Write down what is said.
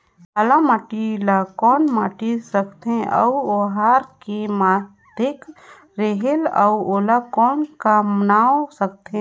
काला माटी ला कौन माटी सकथे अउ ओहार के माधेक रेहेल अउ ओला कौन का नाव सकथे?